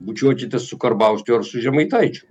bučiuokitės su karbauskiu ar su žemaitaičiu